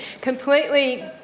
Completely